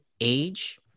age